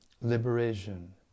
liberation